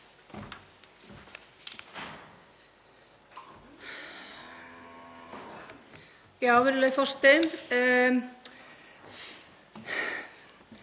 hvað er það